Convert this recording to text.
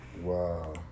Wow